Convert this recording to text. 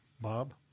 Bob